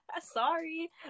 Sorry